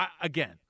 again